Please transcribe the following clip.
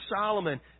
Solomon